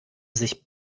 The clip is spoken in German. sich